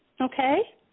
okay